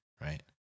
Right